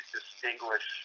distinguish